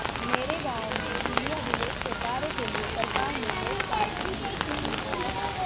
मेरे गांव में भूमि अभिलेख के कार्य के लिए सरकार ने लेखपाल की नियुक्ति की है